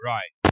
Right